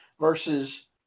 versus